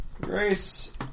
Grace